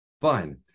fine